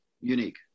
unique